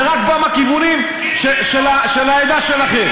זה רק בא מהכיוונים של העדה שלכם.